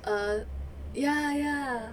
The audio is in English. err ya ya